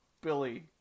Billy